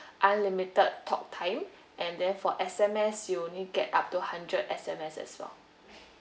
unlimited talk time and then for S_M_S you only get up to hundred S_M_S as well